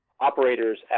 operators